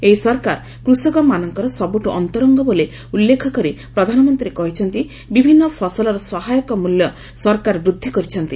ଏହି ସରକାର କୃଷକମାନଙ୍କର ସବୁଠୁ ଅନ୍ତରଙ୍ଗ ବୋଲି ଉଲ୍ଲେଖ କରି ପ୍ରଧାନମନ୍ତ୍ରୀ କହିଛନ୍ତି ବିଭିନ୍ନ ଫସଲର ସହାୟକ ମୂଲ୍ୟ ସରକାର ବୃଦ୍ଧି କରିଛନ୍ତି